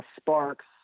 Sparks